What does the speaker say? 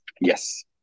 Yes